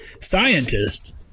Scientists